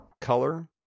color